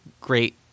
great